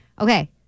okay